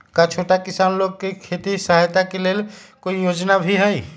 का छोटा किसान लोग के खेती सहायता के लेंल कोई योजना भी हई?